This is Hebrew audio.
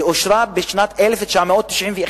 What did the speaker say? ואושרה בשנת 1991,